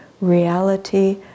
reality